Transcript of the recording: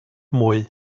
mwy